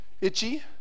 itchy